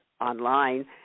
online